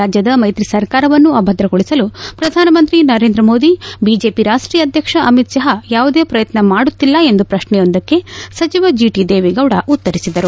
ರಾಜ್ವದ ಮೈತ್ರಿ ಸರ್ಕಾರವನ್ನು ಅಭದ್ರಗೊಳಿಸಲು ಪ್ರಧಾನಮಂತ್ರಿ ನರೇಂದ್ರ ಮೋದಿ ಬಿಜೆಪಿ ರಾಷ್ಷೀಯ ಅಧ್ಯಕ್ಷ ಅಮಿತ್ ಷಾ ಯಾವುದೇ ಪ್ರಯತ್ನ ಮಾಡುತ್ತಿಲ್ಲ ಎಂದು ಪ್ರಕ್ನೆಯೊಂದಕ್ಕೆ ಸಚಿವ ಜಿ ಟಿ ದೇವೇಗೌಡ ಉತ್ತರಿಸಿದರು